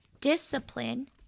Discipline